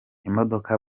imodoka